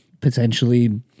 potentially